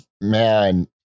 man